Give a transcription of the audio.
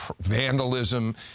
vandalism